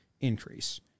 increase